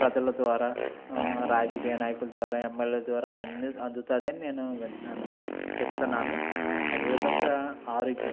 ప్రజల ద్వారా రాజకీయ నాయకుల ద్వారా ఎమ్మెల్యే ద్వారా అన్ని అందుతుందని నేను వింటున్నాను చెప్తున్నాను అదే విధంగా ఆరోగ్యం